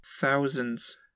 Thousands